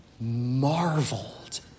marveled